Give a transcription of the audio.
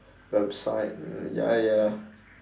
website you ya ya